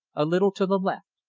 a little to the left,